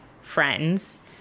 friends